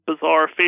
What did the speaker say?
bizarre